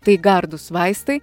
tai gardūs vaistai